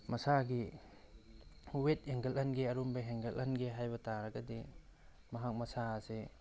ꯃꯁꯥꯒꯤ ꯋꯦꯠ ꯍꯦꯟꯀꯠꯍꯟꯒꯦ ꯑꯔꯨꯝꯕ ꯍꯦꯟꯀꯠꯍꯟꯒꯦ ꯍꯥꯏꯕ ꯇꯥꯔꯒꯗꯤ ꯃꯍꯥꯛ ꯃꯁꯥ ꯑꯁꯤ